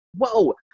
whoa